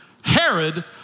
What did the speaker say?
Herod